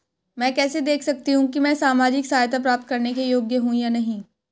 मैं कैसे देख सकती हूँ कि मैं सामाजिक सहायता प्राप्त करने के योग्य हूँ या नहीं?